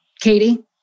Katie